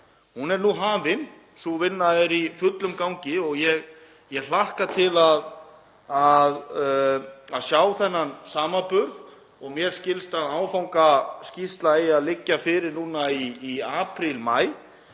Hún er nú hafin, sú vinna er í fullum gangi og ég hlakka til að fá að sjá þennan samanburð. Mér skilst að áfangaskýrsla eigi að liggja fyrir núna í apríl